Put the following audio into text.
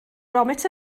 gromit